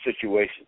situation